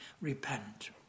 repent